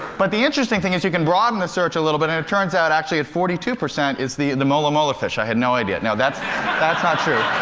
but the interesting thing is, you can broaden the search a little bit. and it turns out, actually, that forty two percent is the and the mola mola fish. i had no idea. no, that's that's not true.